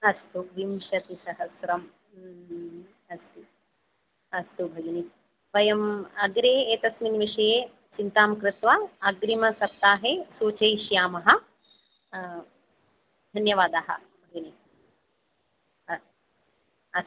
अस्तु विंशतिसहस्त्रं अस्तु अस्तु भगिनी वयम् अग्रे एतस्मिन् विषये चिन्तां कृत्वा अग्रिमसप्ताहे सूचयिष्यामः धन्यवादाः भगिनी अस्तु असतु